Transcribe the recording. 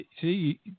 See